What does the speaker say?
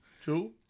True